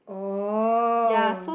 oh